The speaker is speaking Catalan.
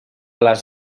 les